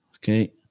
Okay